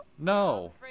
No